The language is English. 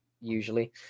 usually